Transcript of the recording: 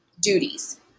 duties